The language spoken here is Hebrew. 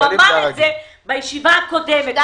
הוא אמר את זה בישיבה הקודמת.